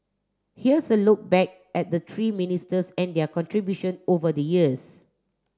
here's a look back at the three ministers and their contribution over the years